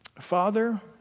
Father